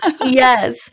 Yes